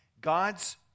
God's